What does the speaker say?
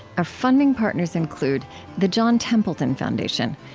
our funding partners include the john templeton foundation.